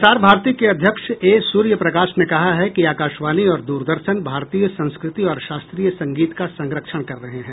प्रसार भारती के अध्यक्ष ए सूर्य प्रकाश ने कहा है कि आकाशवाणी और दूरदर्शन भारतीय संस्कृति और शास्त्रीय संगीत का संरक्षण कर रहे हैं